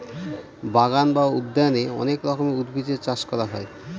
বাগান বা উদ্যানে অনেক রকমের উদ্ভিদের চাষ করা হয়